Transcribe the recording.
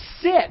sit